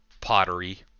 pottery